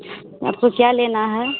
आपको क्या लेना है